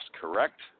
correct